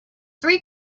three